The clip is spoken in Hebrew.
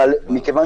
אבל מכיוון